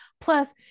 Plus